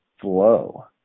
flow